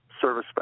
service